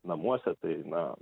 namuose tai na